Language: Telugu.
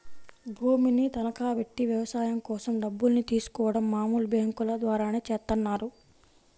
భూమిని తనఖాబెట్టి వ్యవసాయం కోసం డబ్బుల్ని తీసుకోడం మామూలు బ్యేంకుల ద్వారానే చేత్తన్నారు